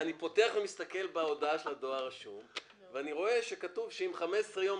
אני פותח ורואה שאם שכתוב שאם 15 יום